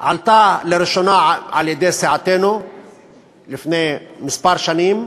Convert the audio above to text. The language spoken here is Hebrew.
הועלתה לראשונה על-ידי סיעתנו לפני כמה שנים.